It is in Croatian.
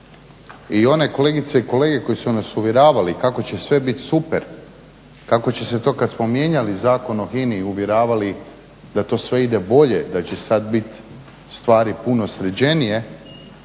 i one kolegice i kolege koji su nas uvjeravali kako će sve biti super kako će se to kada smo mijenjali Zakon o HINA-i i uvjeravali da to sve ide bolje da će sada biti stvari puno sređenije,